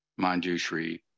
manjushri